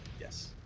Yes